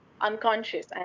unconscious